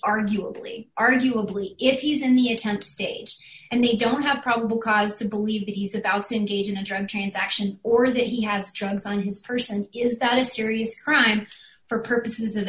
arguably arguably if he's in the attempt stage and they don't have probable cause to believe that he's about cindy's in a drug transaction or that he has drugs on his person is that a serious crime for purposes of